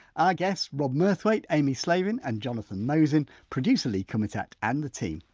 our guests rob murthwaite, amie slavin and jonathan mosen producer lee kumutat and the team,